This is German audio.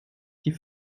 die